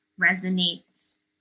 resonates